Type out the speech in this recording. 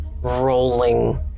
rolling